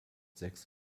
sechs